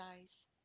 eyes